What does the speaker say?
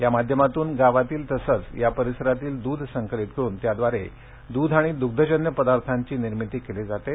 या माध्यमातून गावातील तसच या परिसरातील दूध संकलित करून त्यादवारे दूध आणि दुग्धजन्य पदार्थांची निर्मिती केली जाते